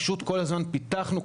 פשוט כל הזמן פיתחנו,